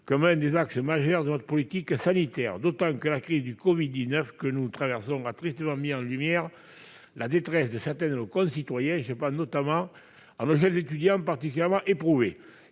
comme l'un des axes majeurs de notre politique sanitaire. La crise du covid 19 que nous traversons a tristement mis en lumière la détresse de certains de nos concitoyens ; je pense notamment à nos jeunes étudiants, particulièrement éprouvés.